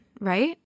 right